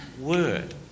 word